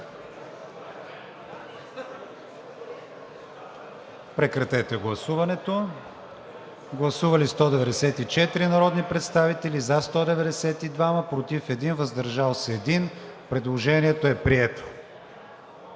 режим на гласуване. Гласували 227 народни представители: за 226, против няма, въздържал се 1. Предложението е прието.